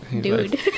dude